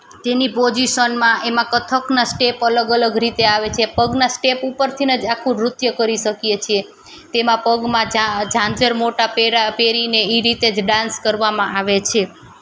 તેની પોઝિશનમાં એમાં કથકનાં સ્ટેપ અલગ અલગ રીતે આવે છે પગનાં સ્ટેપ ઉપરથી જ આખું નૃત્ય કરી શકીએ છીએ તેમાં પગમાં ઝાંઝર મોટા પહેરીને એ રીતે જ ડાંસ કરવામાં આવે છે